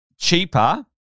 cheaper